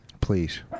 please